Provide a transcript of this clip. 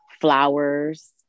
flowers